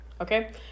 okay